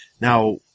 Now